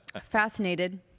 Fascinated